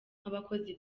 nk’abakozi